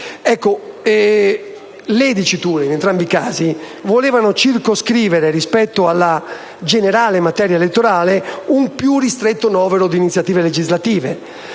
casi le diciture volevano circoscrivere rispetto alla generale materia elettorale, un più ristretto novero di iniziative legislative: